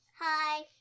hi